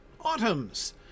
autumns